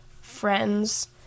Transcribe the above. friends